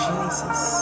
Jesus